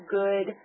good